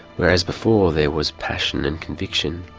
whereas before there was passion and conviction.